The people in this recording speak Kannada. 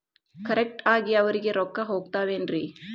ಕರೆಕ್ಟ್ ಆಗಿ ಅವರಿಗೆ ರೊಕ್ಕ ಹೋಗ್ತಾವೇನ್ರಿ?